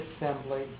assembly